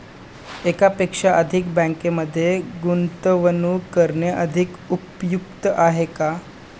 एकापेक्षा अधिक बँकांमध्ये गुंतवणूक करणे अधिक उपयुक्त आहे का?